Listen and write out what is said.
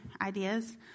ideas